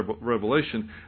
revelation